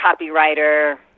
copywriter